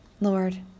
Lord